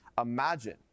imagine